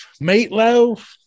meatloaf